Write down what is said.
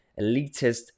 elitist